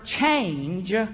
change